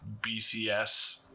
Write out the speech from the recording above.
BCS